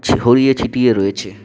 ছড়িয়ে ছিটিয়ে রয়েছে